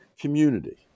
community